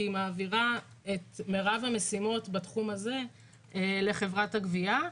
היא מעבירה את מרב המשימות בתחום הזה לחברת הגבייה,